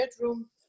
bedroom